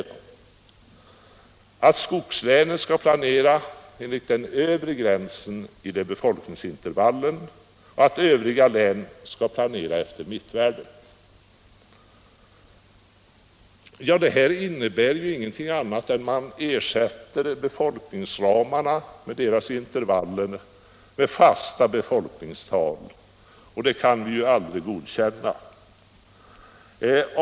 — att planeringen i skogslänen skall inriktas mot den övre gränsen och att planeringen i övriga län skall inriktas mot mittvärdet. Detta innebär ingenting annat än att man ersätter befolkningsramarna och deras intervaller med fasta befolkningstal. Det kan vi inte godkänna.